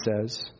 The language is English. says